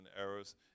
errors